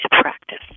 practice